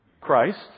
Christ